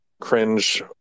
cringe